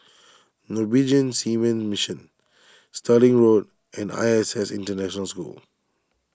Norwegian Seamen's Mission Stirling Road and I S S International School